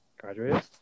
Graduated